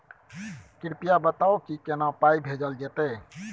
कृपया बताऊ की केना पाई भेजल जेतै?